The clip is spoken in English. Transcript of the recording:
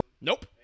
Nope